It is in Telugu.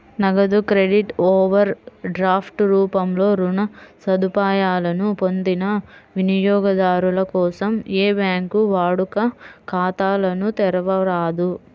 నగదు క్రెడిట్, ఓవర్ డ్రాఫ్ట్ రూపంలో రుణ సదుపాయాలను పొందిన వినియోగదారుల కోసం ఏ బ్యాంకూ వాడుక ఖాతాలను తెరవరాదు